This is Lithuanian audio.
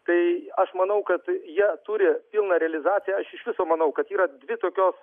tai aš manau kad jie turi pilną realizaciją aš iš viso manau kad yra dvi tokios